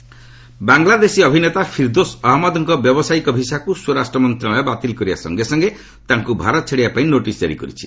home ministry Bangladeshi ଅଭିନେତା ଫିର୍ଦୋଷ ଅହମ୍ମଦ୍ଙ୍କ ବ୍ୟାବସାୟିକ ଭିସାକୁ ସ୍ୱରାଷ୍ଟ୍ର ମନ୍ତ୍ରଣାଳୟ ବାତିଲ୍ କରିବା ସଙ୍ଗେ ସଙ୍ଗେ ତାଙ୍କୁ ଭାରତ ଛାଡ଼ିବା ପାଇଁ ନୋଟିସ୍ ଜାରି କରିଛି